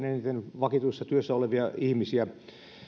eniten vakituisessa työssä olevia ihmisiä